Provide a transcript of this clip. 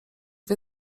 wie